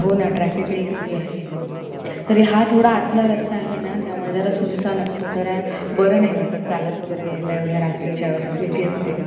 हो ना ट्रॅफिकही किती आहे तरी हा थोडा आतला रस्ता आहे ना त्यामुळे जरा सुनसान असतो जरा बरं नाही वाटत चालत वगैरे यायला एवढ्या रात्रीच्या वेळेत भीती असते